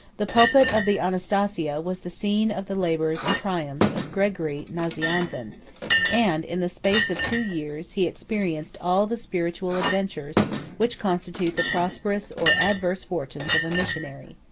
the pulpit of the anastasia was the scene of the labors and triumphs of gregory nazianzen and, in the space of two years, he experienced all the spiritual adventures which constitute the prosperous or adverse fortunes of a missionary.